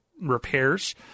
repairs